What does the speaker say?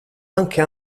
anche